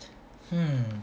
hmm